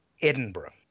Edinburgh